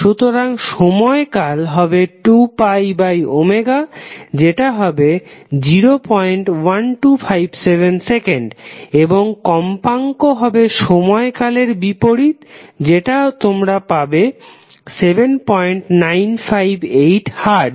সুতরাং সময় কাল হবে 2πω যেটা হবে 01257 সেকেন্ড এবং কম্পাঙ্ক হবে সময় কালের বিপরীত যেটা তোমরা পাবে 7958 হার্জ